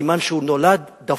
סימן שהוא נולד דפוק,